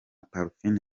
parfine